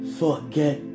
forget